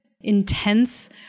intense